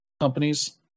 companies